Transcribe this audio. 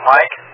Mike